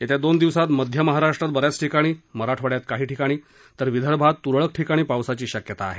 येत्या दोन दिवसात मध्य महाराष्ट्रात ब याच ठिकाणी मराठवाङ्यात काही ठिकाणी तर विदर्भात तूरळक ठिकाणी पावसाची शक्यता आहे